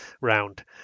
round